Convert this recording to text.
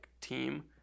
team